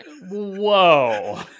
Whoa